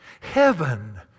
Heaven